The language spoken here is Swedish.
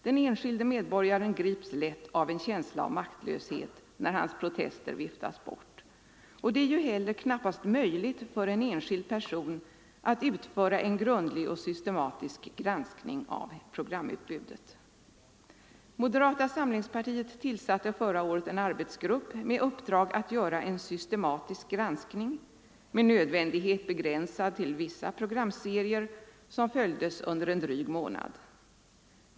Den enskilda medborgaren grips lätt av en känsla av maktlöshet när hans protester viftas bort. Det är heller knappast möjligt för en enskild person att utföra en grundlig och systematisk granskning av programutbudet. Moderata samlingspartiet tillsatte förra året en arbetsgrupp med uppdrag att göra en systematisk granskning, med nödvändighet begränsad till vissa programserier som följdes under en dryg månad.